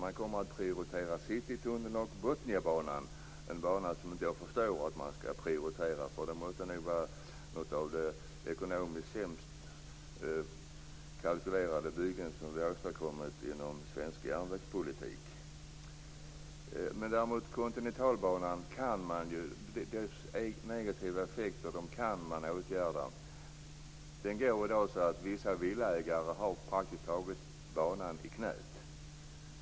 Man kommer att prioritera Citytunneln och Botniabanan. Det är en bana som jag inte förstår att man skall prioritera. Det måste vara ett av de sämst ekonomiskt kalkylerade byggen som vi har åstadkommit inom svensk järnvägspolitik. Däremot kan man åtgärda Kontinentalbanans negativa effekter. Den går i dag så att vissa villaägare praktiskt taget har banan i knät.